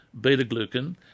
beta-glucan